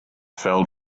fell